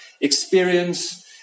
experience